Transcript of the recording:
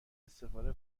استفاده